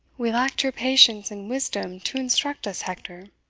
we lacked your patience and wisdom to instruct us, hector.